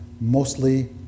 mostly